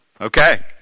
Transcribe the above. Okay